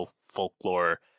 Folklore